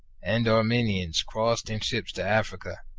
and armenians crossed in ships to africa,